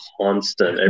constant